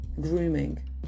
Grooming